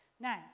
Now